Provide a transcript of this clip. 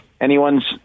anyone's